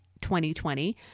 2020